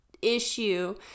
Issue